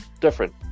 different